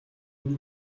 минь